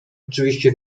oczywiście